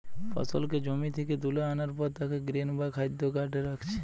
ফসলকে জমি থিকে তুলা আনার পর তাকে গ্রেন বা খাদ্য কার্টে রাখছে